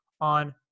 on